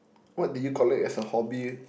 what do you collect as a hobby